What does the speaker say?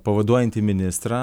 pavaduojantį ministrą